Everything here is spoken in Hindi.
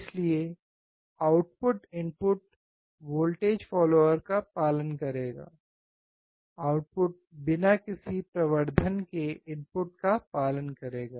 इसलिए आउटपुट इनपुट वोल्टेज फॉलोअर का पालन करेगा आउटपुट बिना किसी प्रवर्धन के इनपुट का पालन करेगा